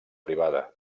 privada